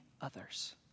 others